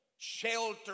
shelter